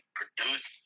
produce